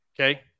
Okay